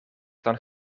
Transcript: dan